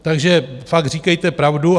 Takže fakt říkejte pravdu.